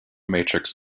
matrix